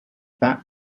that